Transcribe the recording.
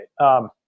right